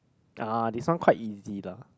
uh this one quite easy lah